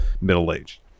middle-aged